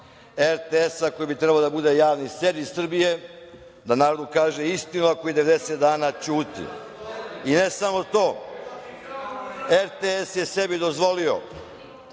RTS, koji bi trebao da bude Javni servis Srbije, da narodu kaže istinu, a koji 90 dana ćuti. I ne samo to, RTS je sebi dozvolio